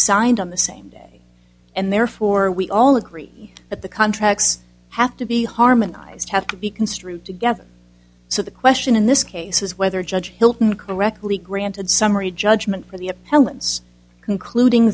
signed on the same day and therefore we all agree that the contracts have to be harmonized have to be construed together so the question in this case is whether judge hilton correctly granted summary judgment for the appellants concluding